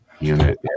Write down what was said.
unit